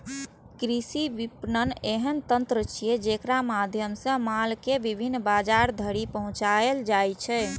कृषि विपणन एहन तंत्र छियै, जेकरा माध्यम सं माल कें विभिन्न बाजार धरि पहुंचाएल जाइ छै